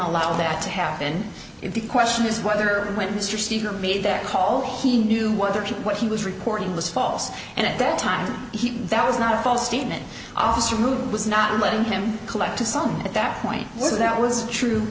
allow that to happen if the question is whether and when mr stephen made that call he knew whether what he was reporting was false and at that time he that was not a false statement officer who was not letting him collect a son at that point would that was true